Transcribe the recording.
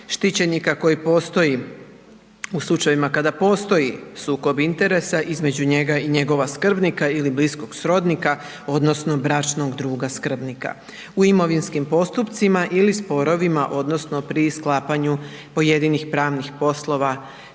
štićenika koji postoji, u slučajevima kada postoji sukob interesa između njega i njegova skrbnika ili bliskog srodnika odnosno bračnog druga skrbnika u imovinskim postupcima ili sporovima odnosno pri sklapanju pojedinih pravnih poslova